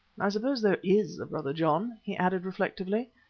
i suppose there is a brother john? he added reflectively.